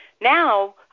now